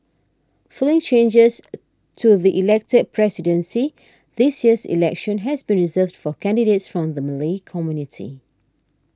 following changes to the elected presidency this year's election has been reserved for candidates from the Malay community